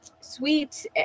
sweet